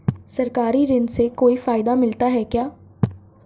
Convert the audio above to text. सरकारी ऋण से कोई फायदा मिलता है क्या?